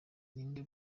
ninde